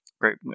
Great